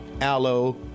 aloe